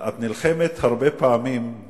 את נלחמת הרבה פעמים,